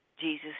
Jesus